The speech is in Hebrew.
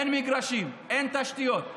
אין מגרשים, אין תשתיות.